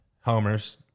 homers